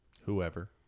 Whoever